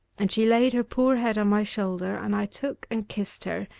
and she laid her poor head on my shoulder, and i took and kissed her,